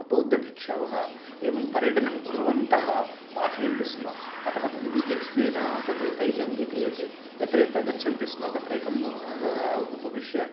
बौधभिक्षवः एवं पर्यटनं कुर्वन्तः पाठयन्ति स्म अतः तद् विधित्वेन तद् तैः अङ्गीक्रीयते यत्र यत्र गच्छन्ति स्म तत्र एकं उपविश्य